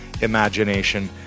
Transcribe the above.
imagination